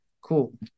cool